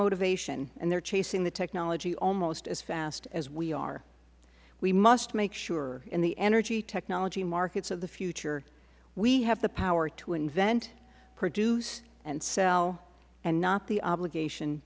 motivation and they are chasing the technology almost as fast as we are we must make sure in the energy technology markets of the future we have the power to invent produce and sell and not the obligation